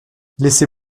laissez